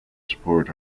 support